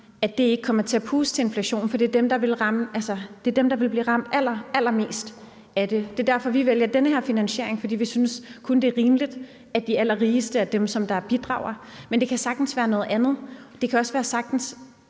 kr., ikke kommer til at puste til inflationen, for det er dem, der vil blive ramt allerallermest af det. Det er derfor, vi vælger denne her finansiering, for vi synes kun, det er rimeligt, at de allerrigeste er dem, som bidrager. Men det kan sagtens være noget andet, det kan også sagtens